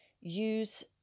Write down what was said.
Use